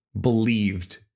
believed